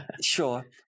sure